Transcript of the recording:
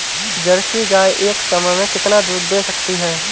Jersey गाय एक समय में कितना दूध दे सकती है?